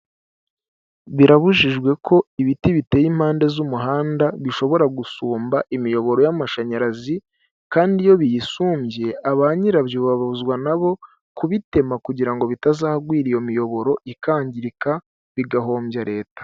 Birabujijwe ko ibiti biteye impande z'umuhanda bishobora gusumba imiyoboro y'amashanyarazi kandi iyo biyisumbye ba nyirabyo babuzwa nabo kubitema kugira ngo bitazangwira iyo miyoboro ikangirika bigahombya leta.